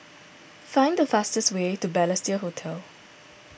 find the fastest way to Balestier Hotel